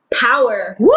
Power